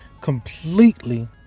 completely